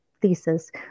thesis